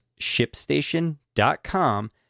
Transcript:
ShipStation.com